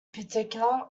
particular